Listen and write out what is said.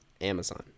Amazon